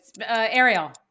Ariel